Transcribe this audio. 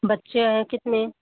बच्चे हैं कितने